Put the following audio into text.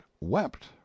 wept